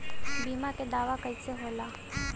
बीमा के दावा कईसे होला?